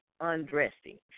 undressing